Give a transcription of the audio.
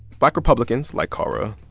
black republicans, like kara,